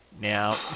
Now